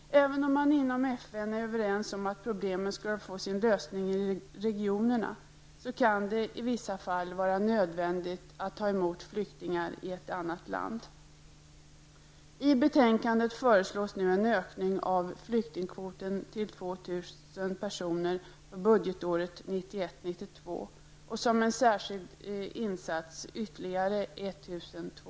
Även om man inom FN är överens om att problemen måste få sin lösning inom regionerna, kan det i vissa fall vara nödvändigt att ta emot flyktingar i ett annat land. Herr talman!